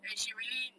and she really